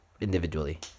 individually